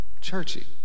churchy